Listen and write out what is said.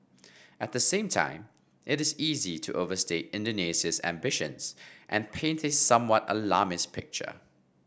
at the same time it is easy to overstate Indonesia's ambitions and painted somewhat alarmist picture